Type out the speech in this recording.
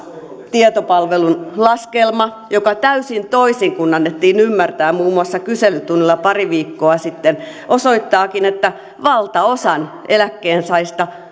tietopalvelun laskelma joka täysin toisin kuin annettiin ymmärtää muun muassa kyselytunnilla pari viikkoa sitten osoittaakin että valtaosan eläkkeensaajista